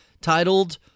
titled